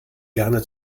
gerne